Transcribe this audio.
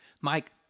Mike